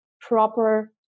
proper